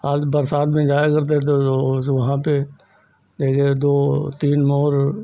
बरसात में जाया करते थे तो वहाँ पर देखे तो तीन मोर